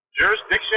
jurisdiction